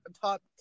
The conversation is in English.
top